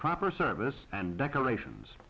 proper service and decorations